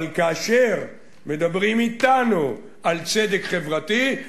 אבל כאשר מדברים אתנו על צדק חברתי,